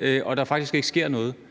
og at der faktisk ikke sker noget.